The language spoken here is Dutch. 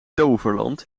toverland